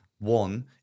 One